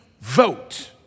vote